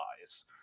lies